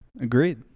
Agreed